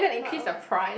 but what